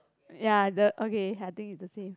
ya the okay I think it's the same